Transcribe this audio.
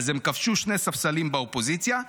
שני ספסלים באופוזיציה.